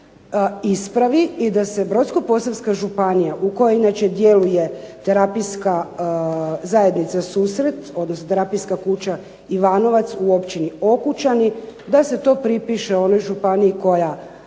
ispravi i da se Brodsko-posavska županija u kojoj inače djeluje terapijska zajednica susret, odnosno terapijska kuća Ivanovac u općini Okučani da se to pripiše onoj županiji koja,